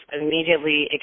immediately